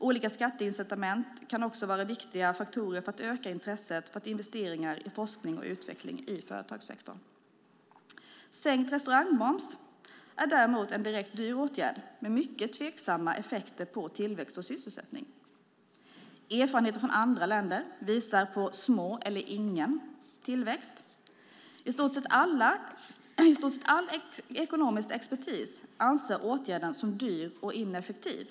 Olika skatteincitament kan också vara viktiga faktorer för att öka intresset för investeringar i forskning och utveckling i företagssektorn. Sänkt restaurangmoms är däremot en dyr åtgärd med mycket tveksamma effekter på tillväxt och sysselsättning. Erfarenheter från andra länder visar på liten eller ingen tillväxt. I stort sett all ekonomisk expertis anser att åtgärden är dyr och ineffektiv.